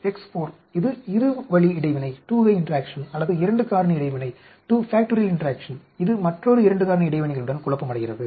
X4 இது இரு வழி இடைவினை அல்லது 2 காரணி இடைவினை இது மற்றொரு 2 காரணி இடைவினைகளுடன் குழப்பமடைகிறது